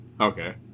Okay